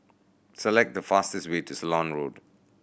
select the fastest way to Ceylon Road